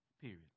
period